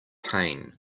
pain